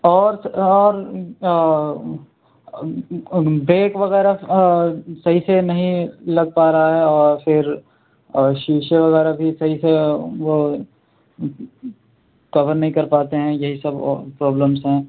اور اور بریک وغیرہ صحیح سے نہیں لگ پا رہا ہے اور پھر اور شیشے وغیرہ بھی صحیح سے وہ کور نہیں کر پاتے ہیں یہی سب پرابلمس ہیں